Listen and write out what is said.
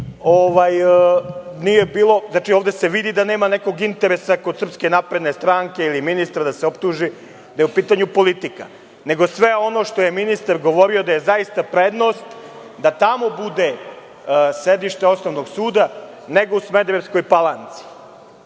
nasleđe stare snage. Ovde se vidi da nema nekog interesa kod SNS ili ministra da se optuži da je u pitanju politika, nego sve ono što je ministar govorio da je zaista prednost da tamo bude sedište osnovnog suda, nego u Smederevskoj Palanci. Na